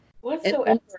Whatsoever